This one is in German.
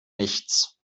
nichts